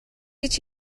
гэж